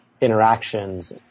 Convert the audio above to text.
interactions